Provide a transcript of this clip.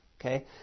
Okay